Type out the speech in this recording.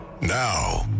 Now